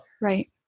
Right